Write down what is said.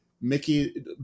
Mickey